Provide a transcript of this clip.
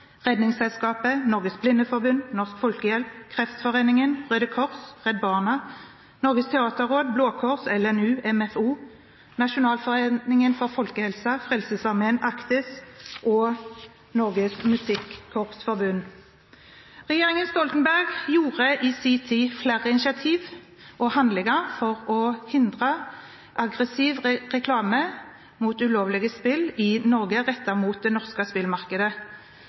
Redningsselskapet, Norges Blindeforbund, Norsk Folkehjelp, Kreftforeningen, Røde Kors, Redd Barna, Norges teaterråd, Blå Kors, LNU, MFO, Nasjonalforeningen for folkehelsen, Frelsesarmeen, Actis og Norges Musikkkorps Forbund. Regjeringen Stoltenberg gjorde i sin tid flere initiativ og handlinger for å hindre aggressiv reklame for ulovlige spill i Norge rettet mot det norske spillmarkedet.